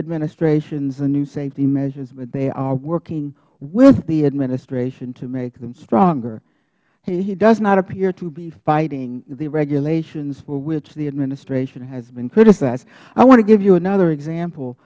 administration's new safety measures but they are working with the administration to make them stronger he does not appear to be fighting the regulations for which the administration has been criticized i want to give you another